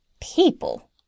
People